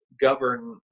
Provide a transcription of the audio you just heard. Govern